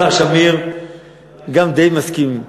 השר שמיר גם די מסכים.